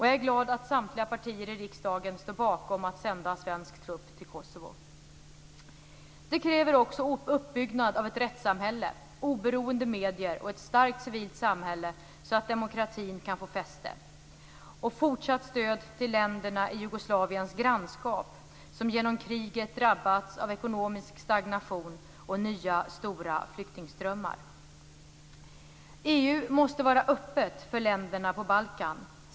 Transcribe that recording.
Jag är glad att samtliga partier i riksdagen står bakom att sända svensk trupp till Kosovo. Det kräver också uppbyggnad av ett rättssamhälle, oberoende medier och ett starkt civilt samhälle, så att demokratin kan få fäste, och fortsatt stöd till länderna i Jugoslaviens grannskap, som genom kriget drabbats av ekonomisk stagnation och nya stora flyktingströmmar. EU måste vara öppet för länderna på Balkan.